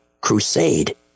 crusade